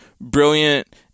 brilliant